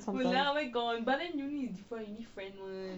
sometimes